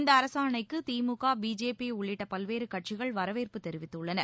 இந்த அரசாணைக்கு திமுக பிஜேபி உள்ளிட்ட பல்வேறு கட்சிகள் வரவேற்பு தெரிவித்துள்ளன